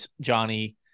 Johnny